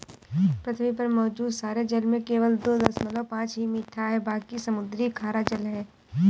पृथ्वी पर मौजूद सारे जल में केवल दो दशमलव पांच ही मीठा है बाकी समुद्री खारा जल है